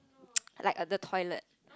like err the toilet